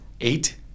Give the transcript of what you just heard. eight